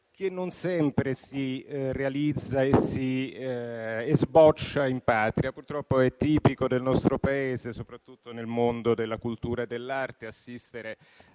che non sempre si realizza e sboccia in Patria. Purtroppo è tipico del nostro Paese, soprattutto nel mondo della cultura e dell'arte, assistere